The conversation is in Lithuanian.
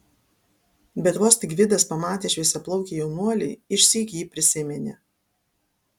bet vos tik gvidas pamatė šviesiaplaukį jaunuolį išsyk jį prisiminė